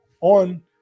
on